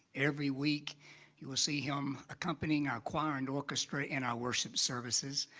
every week you will see him accompanying our choir and orchestra in our worship services.